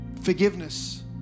forgiveness